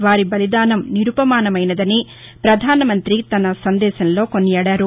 వారి బలిదానం నిరుపమానమైనదని ప్రధాన మంతి తన సందేశంలో కొనియాడారు